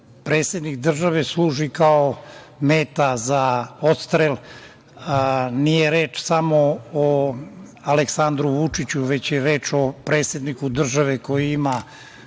predsednik države služi kao meta za odstrel. Nije reč samo o Aleksandru Vučiću, već je reč o predsedniku države koji ima